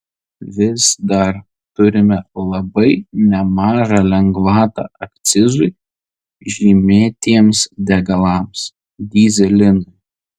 vis dar turime labai nemažą lengvatą akcizui žymėtiems degalams dyzelinui